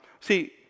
see